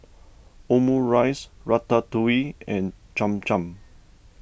Omurice Ratatouille and Cham Cham